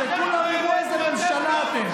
שכולם יראו איזו ממשלה אתם.